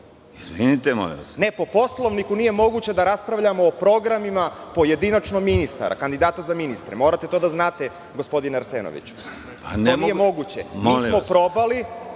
Izvinite, molim vas.)Ne po Poslovniku nije moguće da raspravljamo o programima pojedinačno ministara, kandidata za ministre. Morate to da znate gospodine Arseniviću. Da li je moguće? Mi smo probali